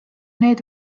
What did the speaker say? need